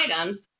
items